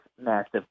massive